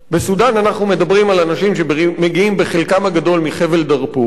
בסודן אנחנו מדברים על אנשים שמגיעים בחלקם הגדול מחבל דארפור,